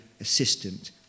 assistant